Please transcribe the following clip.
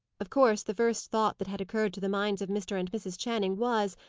of course, the first thought that had occurred to the minds of mr. and mrs. channing was,